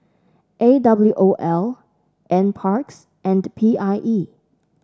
A W O L NParks and P I E